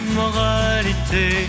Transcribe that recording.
moralité